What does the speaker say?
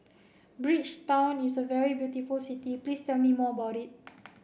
Bridgetown is a very beautiful city please tell me more about it